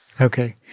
Okay